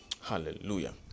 Hallelujah